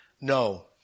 no